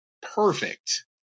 perfect